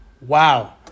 Wow